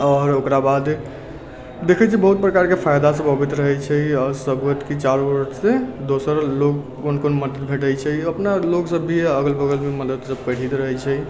आओर ओकरा बाद देखै छियै बहुत प्रकार के फायदा सभ अबैत रहै छै आओर सबूत कि चारो ओर से दोसर लोग कोन कोन मत भेटै छै अपना लोग सभ भी अगल बगल मे मदद सभ करिते रहै छै